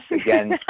again